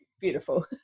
Beautiful